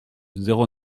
zéro